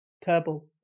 Turbo